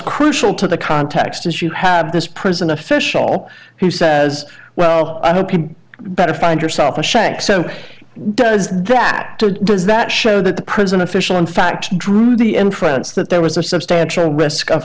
crucial to the context as you have this prison official who says well i hope you better find yourself a shank so does that does that show that the prison official in fact drew the entrance that there was a substantial risk of